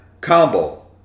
Combo